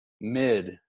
mid